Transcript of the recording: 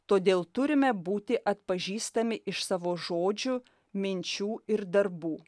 todėl turime būti atpažįstami iš savo žodžių minčių ir darbų